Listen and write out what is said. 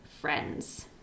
friends